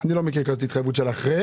אני לא מכיר התחייבות כזאת של אחרי.